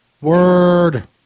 Word